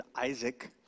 Isaac